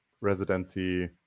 residency